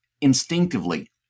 instinctively